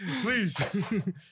Please